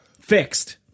fixed